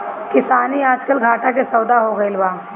किसानी आजकल घाटा के सौदा हो गइल बा